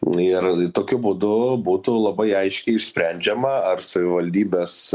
ir tokiu būdu būtų labai aiškiai sprendžiama ar savivaldybės